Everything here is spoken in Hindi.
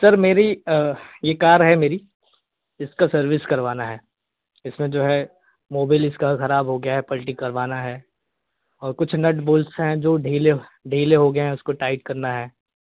सर मेरी ये कार है मेरी इसकी सर्विस करवाना है इसमें जो है मोबिल इसका ख़राब हो गया है पल्टी करवाना है और कुछ नट बोल्ट्स हैं जो ढीले ढीले हो गए हैं उसको टाइट करना है